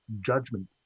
judgment